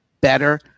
better